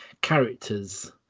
characters